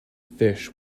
fish